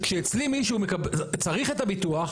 כשאצלי מישהו צריך את הביטוח,